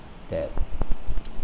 that